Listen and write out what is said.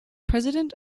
president